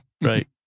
right